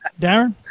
Darren